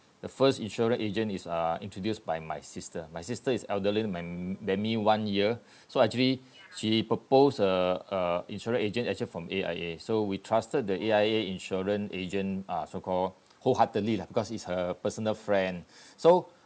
the first insurance agent is uh introduced by my sister my sister is elderly than than me one year so actually she proposed a uh insurance agent actually from A_I_A so we trusted the A_I_A insurance agent uh so call wholeheartedly lah because it's her personal friend so